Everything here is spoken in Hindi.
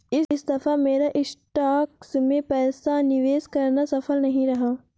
इस दफा मेरा स्टॉक्स में पैसा निवेश करना सफल नहीं रहा